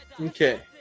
Okay